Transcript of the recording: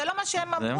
זה לא מה שהם אמרו.